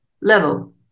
level